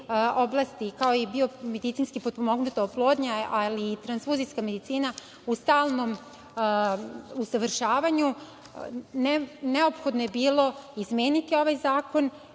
oblasti, kao i biomedicinski potpomognuta oplodnja, ali i transfuzijska medicina u stalnom usavršavanju, neophodno je bilo izmeniti zakon